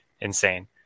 insane